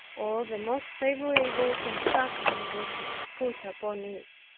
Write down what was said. or the most favorable construction was put upon it.